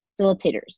facilitators